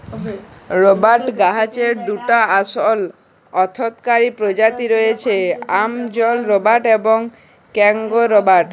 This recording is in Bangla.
রবাট গাহাচের দুটা আসল অথ্থকারি পজাতি রঁয়েছে, আমাজল রবাট এবং কংগো রবাট